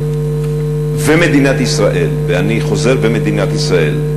ומדינת ישראל, ואני חוזר: ומדינת ישראל,